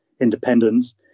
independence